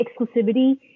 exclusivity